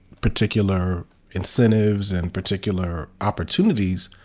particular incentives and particular opportunities.